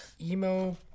emo